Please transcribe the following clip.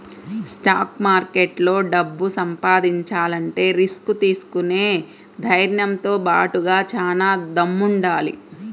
stock మార్కెట్లో డబ్బు సంపాదించాలంటే రిస్క్ తీసుకునే ధైర్నంతో బాటుగా చానా దమ్ముండాలి